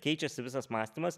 keičiasi visas mąstymas